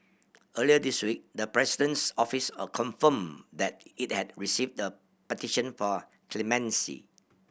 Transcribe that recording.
earlier this week the President's Office a confirmed that it had received the petition for clemency